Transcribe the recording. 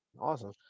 awesome